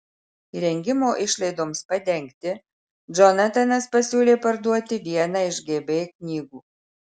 įrengimo išlaidoms padengti džonatanas pasiūlė parduoti vieną iš gb knygų